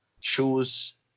shoes